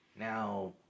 Now